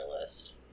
list